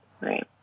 Right